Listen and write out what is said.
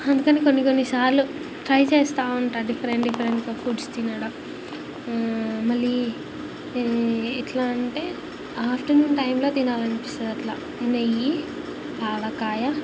అందుకని కొన్ని కొన్ని సార్లు ట్రై చేస్తావుంట డిఫరెంట్ డిడిఫరెంట్గా ఫుడ్స్ తినడం మళ్ళీ ఈ ఇట్లా అంటే ఆఫ్టర్నూన్ టైంలో తినాలనిపిస్తుంది అట్లా నెయ్యి ఆవకాయ